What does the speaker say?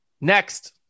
next